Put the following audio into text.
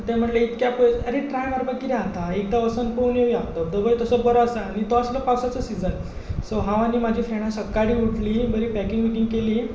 तेंं म्हनलें इतले पयस आरे ट्राय मारपाक कितें जाता एकदां वोसोन पोवन येवया धबधबोय तसो बरो आसा आनी तो आसलो पावसाचो सिजन सो हांव आनी माजी फ्रेंडां सकाळीं उठलीं बरीं पॅकींग बिकींग केली